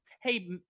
Hey